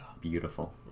Beautiful